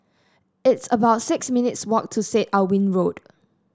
it's about six minutes' walk to Syed Alwi Road